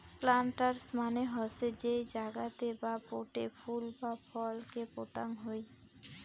planters মানে হসে যেই জাগাতে বা পোটে ফুল বা ফল কে পোতাং হই